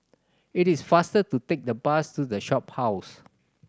it is faster to take the bus to The Shophouse